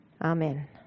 Amen